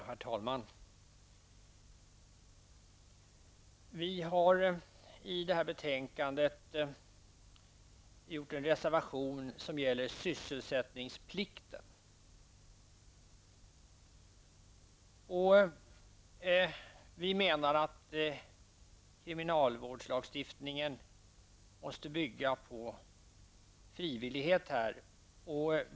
Herr talman! Vi har fogat en reservation till detta betänkande. Den gäller sysselsättningsplikten. Vi menar att kriminalvårdslagstiftningen måste bygga på frivillighet i detta avseende.